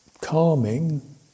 calming